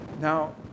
Now